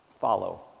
Follow